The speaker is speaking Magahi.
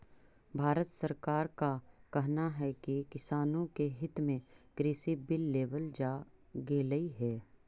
भारत सरकार का कहना है कि किसानों के हित में कृषि बिल लेवल गेलई हे